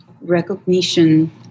recognition